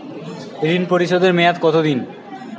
ঋণ পরিশোধের মেয়াদ কত দিন?